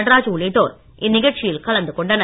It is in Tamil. நடராஜ் உள்ளிட்டோர் இந்நிகழ்ச்சியில் கலந்து கொண்டனர்